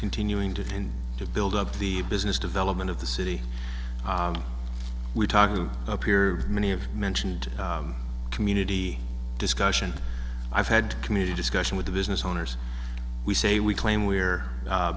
continuing to tend to build up the business development of the city we're talking up here many of mentioned community discussion i've had community discussion with the business owners we say we claim we're